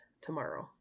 tomorrow